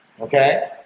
Okay